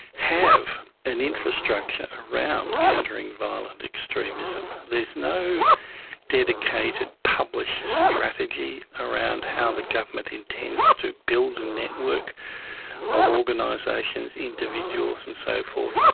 have an infrastructure around countering violent extremism. there's no dedicated published strategy around how the government intends to build a network of organisations, individuals and so forth.